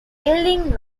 ealing